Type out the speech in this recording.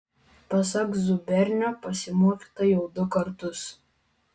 pasak zubernio pasimokyta jau du kartus